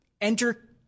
enter